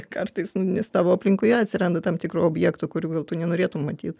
kartais nu nes tavo aplinkoje atsiranda tam tikrų objektų kurių gal tu nenorėtum matyt